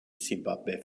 simbabwe